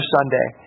Sunday